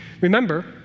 Remember